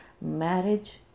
Marriage